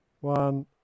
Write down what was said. One